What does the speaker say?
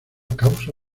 causa